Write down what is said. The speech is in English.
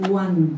one